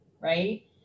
Right